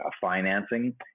financing